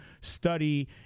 study